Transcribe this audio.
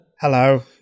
Hello